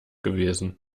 gewesen